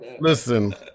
Listen